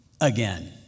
again